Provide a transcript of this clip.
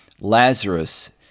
lazarus